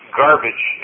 garbage